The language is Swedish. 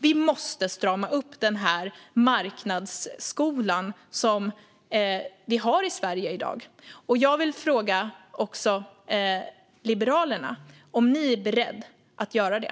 Vi måste strama upp den marknadsskola vi har i Sverige i dag. Jag vill fråga Liberalerna om ni är beredda att göra det.